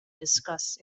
discuss